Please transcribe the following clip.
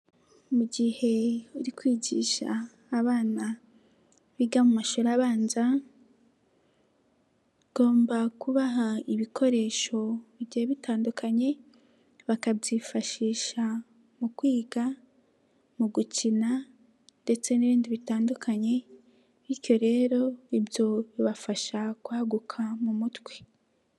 Mu gihe uri kwigisha abana biga mu mashuri abanza, ugomba kubaha ibikoresho bigiye bitandukanye bakabyifashisha mu kwiga, mu gukina ndetse n'ibindi bitandukanye bityo rero ibyo bibafasha kwaguka mu mutwe.